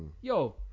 Yo